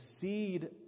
seed